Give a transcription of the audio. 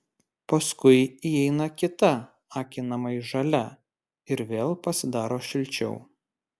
paskui įeina kita akinamai žalia ir vėl pasidaro šilčiau